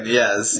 yes